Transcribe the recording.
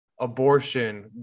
abortion